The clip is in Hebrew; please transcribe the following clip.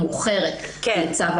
בחוק